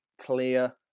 clear